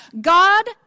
God